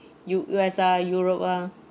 U U_S ah europe ah